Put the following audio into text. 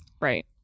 Right